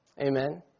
Amen